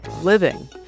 living